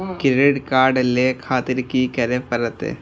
Credit card ले खातिर की करें परतें?